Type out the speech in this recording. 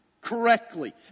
correctly